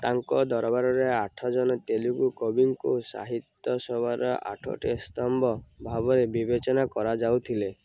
ତାଙ୍କ ଦରବାରରେ ଆଠଜଣ ତେଲୁଗୁ କବିଙ୍କୁ ସାହିତ୍ୟ ସଭାର ଆଠଟି ସ୍ତମ୍ଭ ଭାବରେ ବିବେଚନା କରାଯାଉଥିଲେ